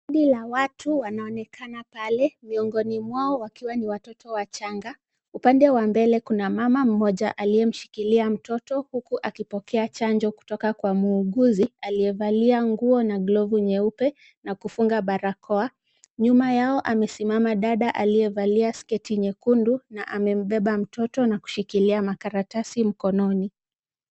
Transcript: Kundi la watu wanaonekana pale miongoni mwao wakiwa ni watoto wachanga. Upande wa mbele kuna mama mmoja aliyemshikilia mtoto huku akipokea chanjo kutoka kwa muuguzi aliyevalia nguo na glovu nyeupe na kufunga barakoa. Nyuma yao amesimama dada aliyevalia sketi nyekundu na amembeba mtoto na kushikilia makaratasi mkononi.